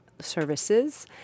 services